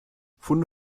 funde